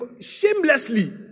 shamelessly